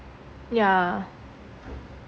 yeah